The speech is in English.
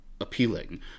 appealing